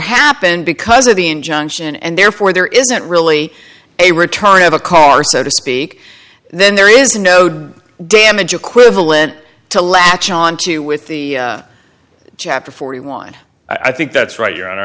happened because of the injunction and therefore there isn't really a return of a car so to speak then there is no do damage equivalent to latch onto with the chapter forty one i think that's right your hon